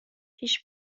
پیش